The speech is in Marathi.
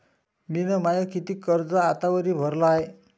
मिन माय कितीक कर्ज आतावरी भरलं हाय?